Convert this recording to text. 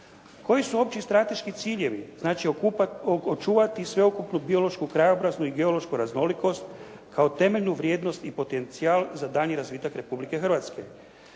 Koji su opći i strateški ciljevi. Znači, očuvati sveukupnu biološku, krajobraznu i geološku raznolikost kao temeljnu vrijednost i potencijal za daljnji razvitak Republike Hrvatske,